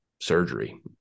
surgery